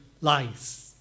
lies